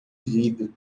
vidro